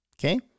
Okay